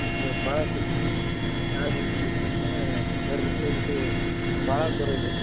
ನಿಮ್ದು ಬಾಜು ಹಾಂ ಇರ್ತೀವಿ ನಮ್ಮ ಬನ್ರಿ ಇದು ಭಾಳ ದೂರ ಇದೆ